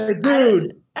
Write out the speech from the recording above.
dude